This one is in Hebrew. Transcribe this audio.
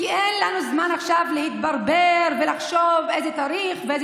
כי אין לנו זמן להתברבר ולחשוב איזה תאריך ואיזה